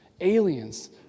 aliens